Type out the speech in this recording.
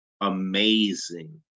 amazing